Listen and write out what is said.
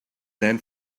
then